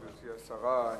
גברתי השרה,